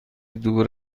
دور